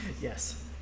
Yes